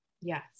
Yes